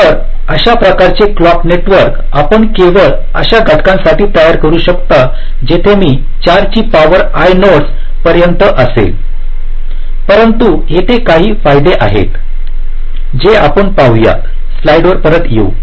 तर अशा प्रकारचे क्लॉक नेटवर्क आपण केवळ अशा घटनांसाठी तयार करू शकता जिथे मी 4 ची पॉवर i नोड्स पर्यंत असेल परंतु तेथे काही फायदे आहेत जे आपण पाहुया स्लाईड्सवर परत येऊ